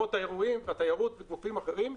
אולמות אירועים והתיירות וגופים אחרים,